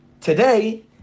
Today